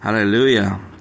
Hallelujah